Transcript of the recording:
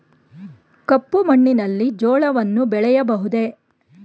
ಕಪ್ಪು ಮಣ್ಣಿನಲ್ಲಿ ಜೋಳವನ್ನು ಬೆಳೆಯಬಹುದೇ?